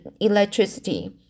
electricity